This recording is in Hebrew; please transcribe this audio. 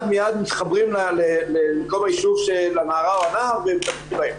מתחברים למקום הישוב של הנערה או הנער ומטפלים בהם.